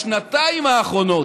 בשנתיים האחרונות,